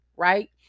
Right